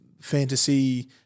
fantasy